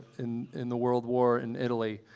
in in the world war in italy,